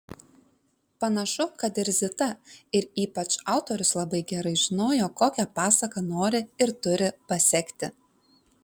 panašu kad ir zita ir ypač autorius labai gerai žinojo kokią pasaką nori ir turi pasekti